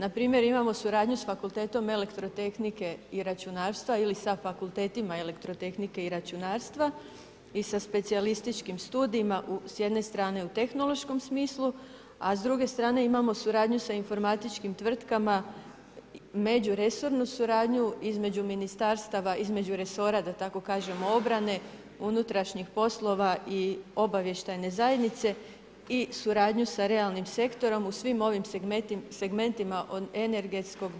Npr. imamo suradnju s Fakultetom elektrotehnike i računarstva ili sa fakultetima elektrotehnike i računarstva i specijalističkim studijima s jedne strane u tehnološkom smislu, a s druge strane imamo suradnju sa informatički tvrtkama, međuresornu suradnju između ministarstava, između resora, da tako kažemo obrane, unutrašnjih poslova i obavještajne zajednice i suradnju sa realnim sektorom u svim ovim segmentima od energetskog